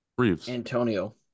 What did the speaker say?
Antonio